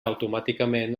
automàticament